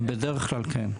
בדרך כלל כן.